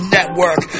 Network